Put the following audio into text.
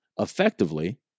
effectively